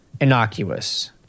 innocuous